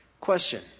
Question